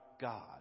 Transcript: God